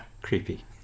creepy